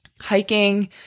hiking